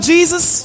Jesus